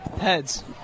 Heads